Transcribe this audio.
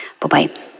Bye-bye